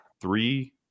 three